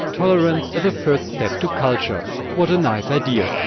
tolerance are the first step to culture what a nice idea.